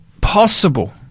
possible